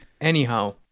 Anyhow